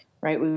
Right